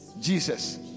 Jesus